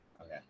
Okay